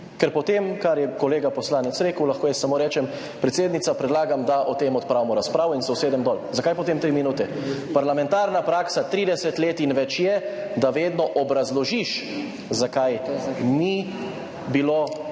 Ker po tem, kar je kolega poslanec rekel, lahko jaz samo rečem, predsednica, predlagam, da o tem opravimo razpravo in se usedem dol. Zakaj potem tri minute? Parlamentarna praksa 30 let in več je, da vedno obrazložiš, zakaj ni bilo